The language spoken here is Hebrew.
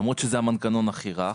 למרות שזה המנגנון הכי רך,